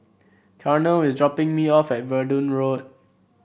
Carnell is dropping me off at Verdun Road